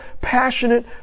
passionate